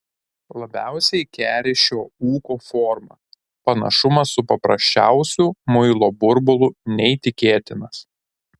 labiausiai keri šio ūko forma panašumas su paprasčiausiu muilo burbulu neįtikėtinas